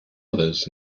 others